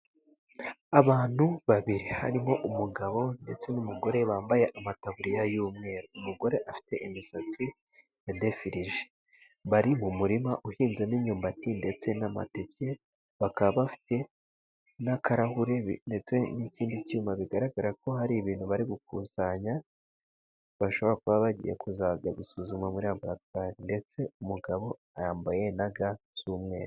Abantu babiri, harimo umugabo ndetse n'umugore bambaye amataburiya y'umweru. Umugore afite imisatsi ya defirije. Bari mu murima uhinzemo imyumbati ndetse n'amateke. Bakaba bafite n'akarahuri ndetse n'ikindi cyuma, bigaragara ko hari ibintu bari gukusanya bashobora kuba bagiye kuzajya gusuzuma muri laboratwari. Ndetse umugabo yambaye na ga z'umweru.